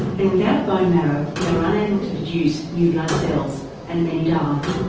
and without bone marrow, they were unable to produce new blood cells, and many died.